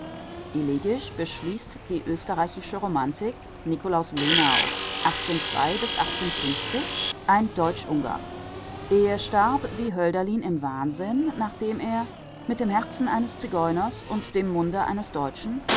elegisch beschließt die österreichische romantik nikolaus ein deutschungar er starb wie hölderlin im wahnsinn nachdem er mit dem herzen eines zigeuners und dem munde eines deutschen